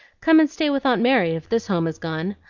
come and stay with aunt mary if this home is gone.